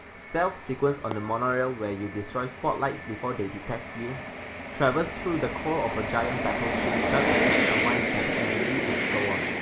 stealth sequence on the monorail where you destroy spotlights before they detects you, so traverse through the core of a giant battleship without getting atomize by the energy and so on.